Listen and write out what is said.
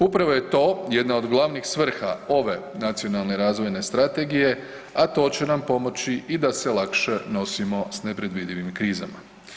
Upravo je to jedna od glavnih svrha ove Nacionalne razvojne strategije, a to će nam pomoći i da se lakše nosimo s nepredvidivim krizama.